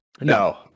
no